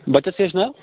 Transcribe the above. بَچَس کیٛاہ چھُ ناو